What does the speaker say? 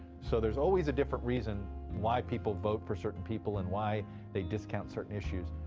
so there's always a different reason why people vote for certain people and why they discount certain issues.